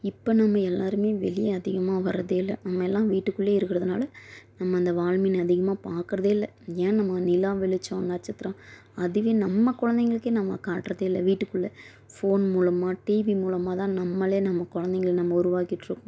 இப்போ நம்ம எல்லாருமே வெளிய அதிகமா வர்றதே இல்ல நம்ம எல்லாம் வீட்டுக்குள்ளே இருக்கறதுனால நம்ம அந்த வால்மீன் அதிகமாக பார்க்கறதே இல்லை ஏன் நம்ம நிலா வெளிச்சம் நட்சத்திரம் அதுவே நம்ம குழந்தைங்களுக்கே நம்ம காட்டுறதே இல்லை வீட்டுக்குள்ளே ஃபோன் மூலமாக டிவி மூலமாகதான் நம்மளே நம்ம குழந்தைங்கள நம்ம உருவாக்கிட்டுருக்கோம்